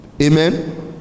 Amen